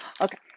okay